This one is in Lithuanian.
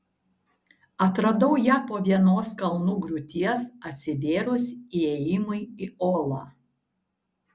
atradau ją po vienos kalnų griūties atsivėrus įėjimui į olą